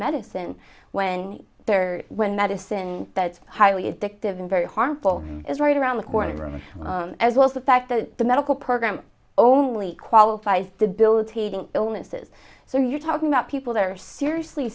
medicine when they're when medicine that's highly addictive and very harmful is right around the corner room as well as the fact that the medical program only qualifies debilitating illnesses so you're talking about people that are seriously